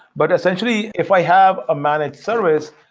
but essentially if i have a managed service,